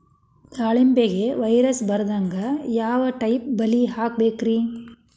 ದಾಳಿಂಬೆಗೆ ವೈರಸ್ ಬರದಂಗ ಯಾವ್ ಟೈಪ್ ಬಲಿ ಹಾಕಬೇಕ್ರಿ?